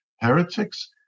heretics